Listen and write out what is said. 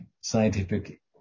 scientific